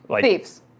Thieves